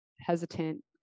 hesitant